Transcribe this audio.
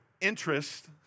interest